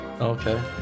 Okay